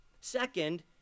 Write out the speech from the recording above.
Second